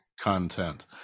content